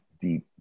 deep